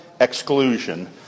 exclusion